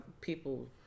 people